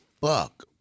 fuck